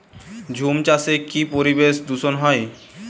ঝুম চাষে কি পরিবেশ দূষন হয়?